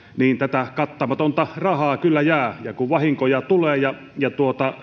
niin tätä kattamatonta rahaa kyllä jää kun vahinkoja tulee ja ja